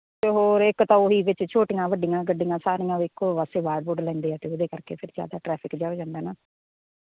ਤੇ ਹੋਰ ਇਕ ਤਾਂ ਉਹੀ ਵਿੱਚ ਛੋਟੀਆਂ ਵੱਡੀਆਂ ਗੱਡੀਆਂ ਸਾਰੀਆਂ ਵੇਖੋ ਵਾਸੇ ਬਾੜ ਬੁੜ ਲੈਂਦੇ ਆ ਤੇ ਉਹਦੇ ਕਰਕੇ ਫਿਰ ਜਿਆਦਾ ਟਰੈਫਿਕ ਜਿਹਾ ਹੋ ਜਾਂਦਾ ਨਾ